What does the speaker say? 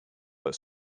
but